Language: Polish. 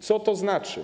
Co to znaczy?